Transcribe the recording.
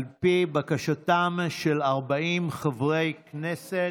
על פי בקשתם של 40 חברי כנסת.